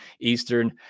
Eastern